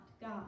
God